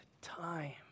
time